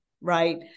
right